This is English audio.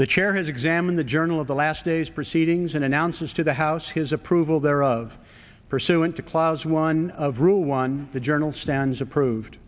the chair his exam in the journal of the last day's proceedings and announces to the house his approval there of pursuant to clowes one of rule one the journal stands approved